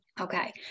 Okay